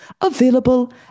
available